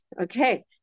Okay